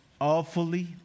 awfully